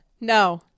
No